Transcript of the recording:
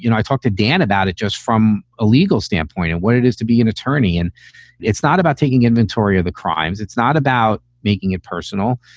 you know i talked to dan about it just from a legal standpoint and what it is to be an attorney. and it's not about taking inventory of the crimes. it's not about making it personal.